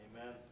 Amen